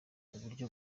iburyo